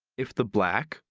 if the black,